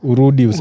Urudi